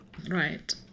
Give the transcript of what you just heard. right